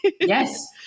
Yes